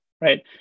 right